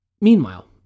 Meanwhile